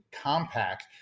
compact